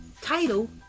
Title